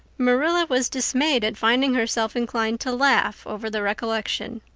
marilla was dismayed at finding herself inclined to laugh over the recollection.